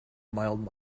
mild